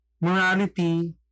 Morality